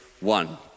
one